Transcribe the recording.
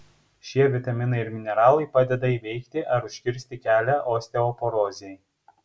šie vitaminai ir mineralai padeda įveikti ar užkirsti kelią osteoporozei